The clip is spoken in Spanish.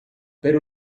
pero